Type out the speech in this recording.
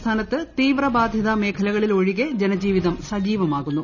സംസ്ഥാനത്ത് തീര്വബാധിത മേഖലകളിൽ ഒഴികെ ജനജീവിതം സജീവമാകുന്നു